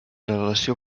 relació